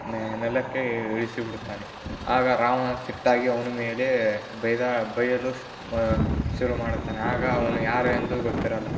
ನೆ ನೆಲಕ್ಕೆ ಇರಿಸಿಬಿಡುತ್ತಾನೆ ಆಗ ರಾವಣನು ಸಿಟ್ಟಾಗಿ ಅವನ ಮೇಲೆ ಬೈದ ಬೈಯ್ಯಲು ಶುರು ಮಾಡುತ್ತಾನೆ ಆಗ ಅವನು ಯಾರು ಎಂದು ಗೊತ್ತಿರೋಲ್ಲ